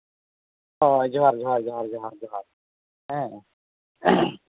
ᱦᱳᱭ ᱦᱳᱭ ᱡᱚᱦᱟᱨ ᱡᱚᱦᱟᱨ ᱡᱚᱦᱟᱨ ᱡᱚᱦᱟᱨ ᱦᱮᱸ